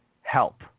help